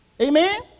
Amen